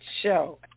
show